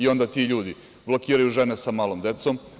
Onda ti ljudi blokiraju žene sa malom decom.